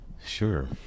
Sure